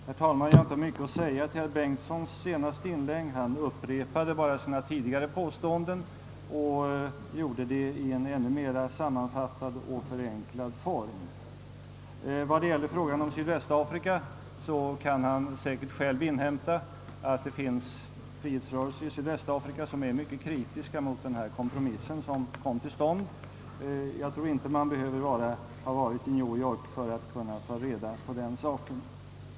Herr talman! Jag har inte mycket att säga till herr Bengtssons i Varberg senaste inlägg. Han upprepade bara sina tidigare påståenden i en ännu mer sammanfattad och förenklad form. Vad gäller frågan om Sydvästafrika kan han säkert själv inhämta att det finns frihetsrörelser i Sydvästafrika som är kritiska mot den kompromiss som kom till stånd. Man behöver inte ha varit i New York för att kunna ta reda på den saken.